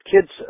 kids